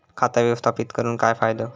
खाता व्यवस्थापित करून काय फायदो?